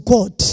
God